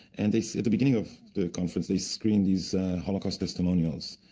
and they said, at the beginning of the conference, they screened these holocaust testimonials,